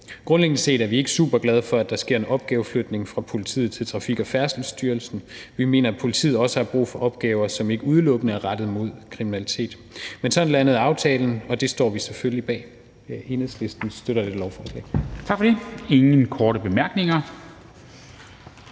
Grundlæggende set er vi ikke super glade for, at der sker en opgaveflytning fra politiet til Færdselsstyrelsen. Vi mener, at politiet også har brug for opgaver, som ikke udelukkende er rettet mod kriminalitetsbekæmpelse. Men sådan landede aftalen, og den står vi selvfølgelig bag. Enhedslisten støtter lovforslaget. Kl. 11:03 Formanden